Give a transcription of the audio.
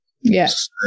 Yes